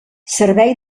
servei